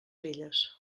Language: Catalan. velles